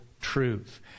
truth